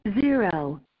zero